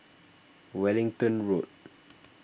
Wellington Road